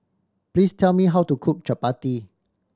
please tell me how to cook chappati